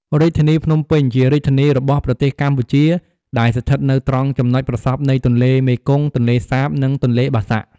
រាជធានីភ្នំពេញ ជារាជធានីរបស់ប្រទេសកម្ពុជា ដែលស្ថិតនៅត្រង់ចំណុចប្រសព្វនៃទន្លេមេគង្គ ទន្លេសាប និងទន្លេបាសាក់។